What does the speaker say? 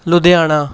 Ludhiana